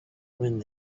wind